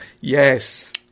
Yes